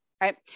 Right